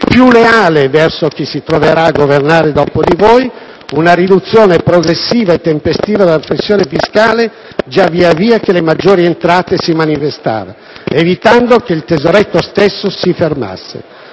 più leale, verso chi si troverà a governare dopo di voi, una riduzione progressiva e tempestiva della pressione fiscale, via via che le maggiori entrate si manifestavano, evitando che il tesoretto stesso si formasse.